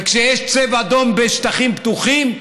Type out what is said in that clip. וכשיש צבע אדום בשטחים פתוחים,